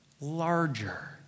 larger